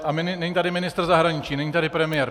A není tady ministr zahraničí, není tady premiér.